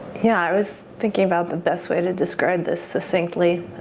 yeah, i was thinking about the best way to describe this succinctly.